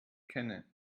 kenne